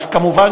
אז כמובן,